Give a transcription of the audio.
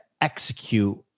execute